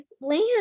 land